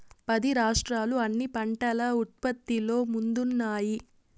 పది రాష్ట్రాలు అన్ని పంటల ఉత్పత్తిలో ముందున్నాయి